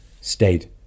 state